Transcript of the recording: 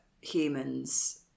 humans